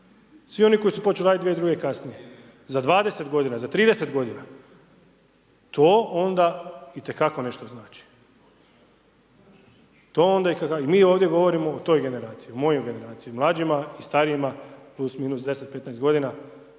svi oni koji su počeli radi 2002. i kasnije, za 20 godina, za 30 godina, to onda itekako nešto znači. To onda itekako i mi ovdje govorimo o toj generaciji o mojoj generaciji i mlađima i starijima +-/10, 15 godina,